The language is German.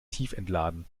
tiefentladen